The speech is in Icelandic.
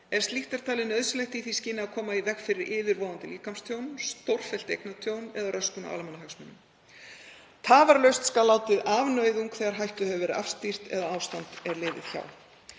ef slíkt er talið nauðsynlegt í því skyni að koma í veg fyrir yfirvofandi líkamstjón, stórfellt eignatjón eða röskun á almannahagsmunum. Tafarlaust skal látið af nauðung þegar hættu hefur verið afstýrt eða ástand er liðið hjá.